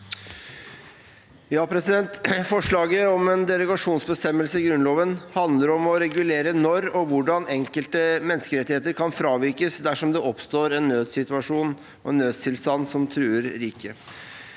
(A) Forslaget om en der- ogasjonsbestemmelse i Grunnloven handler om å regulere når og hvordan enkelte menneskerettigheter kan fravikes dersom det oppstår en nødssituasjon og en nødstilstand som truer riket.